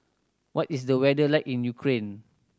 what is the weather like in Ukraine